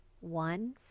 one